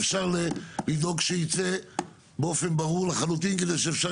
אפשר לדאוג שייצא באופן ברור לחלוטין כדי שאפשר